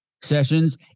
sessions